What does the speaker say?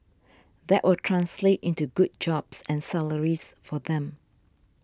that will translate into good jobs and salaries for them